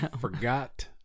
Forgot